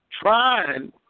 trying